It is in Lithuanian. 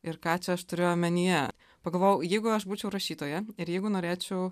ir ką čia aš turiu omenyje pagalvojau jeigu aš būčiau rašytoja ir jeigu norėčiau